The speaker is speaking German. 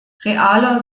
realer